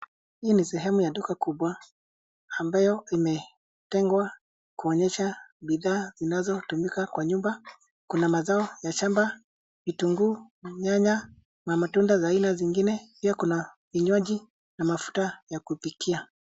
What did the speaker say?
Hii ni sehemu ya duka kubwa, ambayo imetengwa kuonyesha bidhaa zinazotumika kwa nyumba. Kuna mazao ya shamba, kitunguu na nyanya na matunda za aina zingine. Pia kuna vinywaji na mafuta ya kupikia.